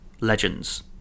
legends